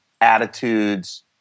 attitudes